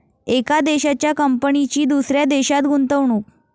एका देशाच्या कंपनीची दुसऱ्या देशात गुंतवणूक